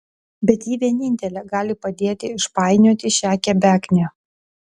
bet ji vienintelė gali padėti išpainioti šią kebeknę